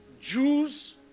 Jews